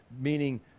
meaning